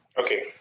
Okay